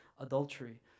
adultery